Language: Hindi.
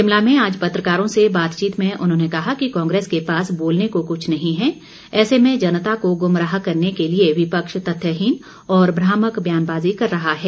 शिमला में आज पत्रकारों से बातचीत में उन्होंने कहा कि कांग्रेस के पास बोलने को कुछ नहीं है ऐसे में जनता को गुमराह करने के लिए विपक्ष तथ्यहीन और भ्रामक बयानबाज़ी कर रहा है